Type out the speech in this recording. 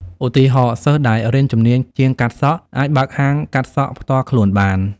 ឧទាហរណ៍ សិស្សដែលរៀនជំនាញជាងកាត់សក់ អាចបើកហាងកាត់សក់ផ្ទាល់ខ្លួនបាន។